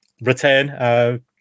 return